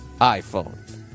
iPhone